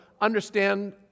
understand